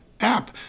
app